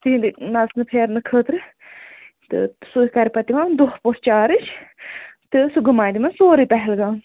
تِہِنٛدِ نَژنہٕ پھیرنہٕ خٲطرٕ تہٕ سُے کَرِ پَتہٕ تِمَن دۄہ پٲٹھۍ چارٕج تہٕ سُہ گُمایَکھ نَہ سورُے پہلگام